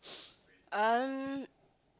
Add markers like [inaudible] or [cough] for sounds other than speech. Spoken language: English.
[noise] um